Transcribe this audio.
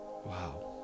wow